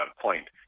point